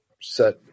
set